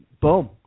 boom